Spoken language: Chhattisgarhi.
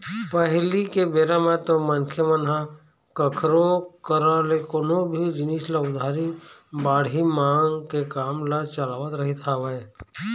पहिली के बेरा म तो मनखे मन ह कखरो करा ले कोनो भी जिनिस ल उधारी बाड़ही मांग के काम ल चलावत रहिस हवय